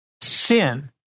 sin